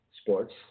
sports